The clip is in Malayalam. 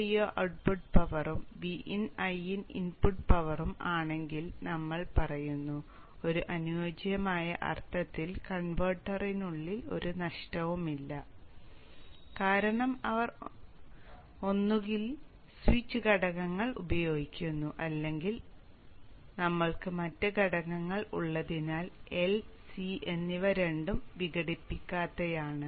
VoIo ഔട്ട്പുട്ട് പവറും VinIin ഇൻപുട്ട് പവറും ആണെങ്കിൽ നമ്മൾ പറയുന്നു ഒരു അനുയോജ്യമായ അർത്ഥത്തിൽ കൺവെർട്ടറിനുള്ളിൽ ഒരു നഷ്ടവുമില്ല കാരണം അവർ ഒന്നുകിൽ സ്വിച്ച് ഘടകങ്ങൾ ഉപയോഗിക്കുന്നു അല്ലെങ്കിൽ നമ്മൾക്ക് മറ്റ് ഘടകങ്ങൾ ഉള്ളതിനാൽ L C എന്നിവ രണ്ടും വിഘടിപ്പിക്കാത്തവയാണ്